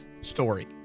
story